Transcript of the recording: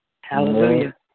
Hallelujah